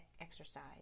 exercise